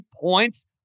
points